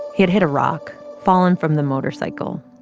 he had hit a rock, fallen from the motorcycle.